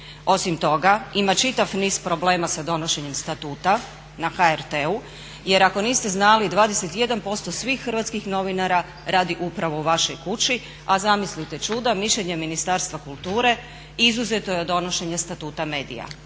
Osim toga ima čitav niz problema sa donošenjem statuta na HRT-u jer ako niste znali 21% svih hrvatskih novinara radi upravo u vašoj kući a zamislite čuda, mišljenje Ministarstva kulture izuzeto je od donošenje statuta medija.